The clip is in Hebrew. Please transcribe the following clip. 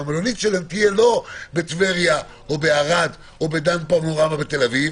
והמלונית שלהם תהיה לא בטבריה או בערד או בדן פנורמה בתל אביב